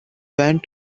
went